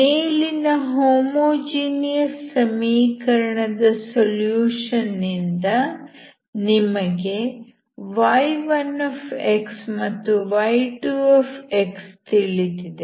ಮೇಲಿನ ಹೋಮೋಜಿನಿಯಸ್ ಸಮೀಕರಣದ ಸೊಲ್ಯೂಷನ್ ನಿಂದ ನಿಮಗೆ y1 ಮತ್ತು y2 ತಿಳಿದಿದೆ